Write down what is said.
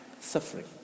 suffering